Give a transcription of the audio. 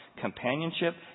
companionship